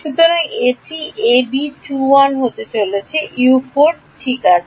সুতরাং এটি হতে চলেছে U4 ঠিক আসে